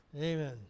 Amen